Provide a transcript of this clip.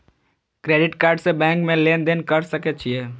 Credit card से bank में लेन देन कर सके छीये?